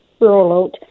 rollout